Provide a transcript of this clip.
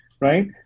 right